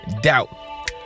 doubt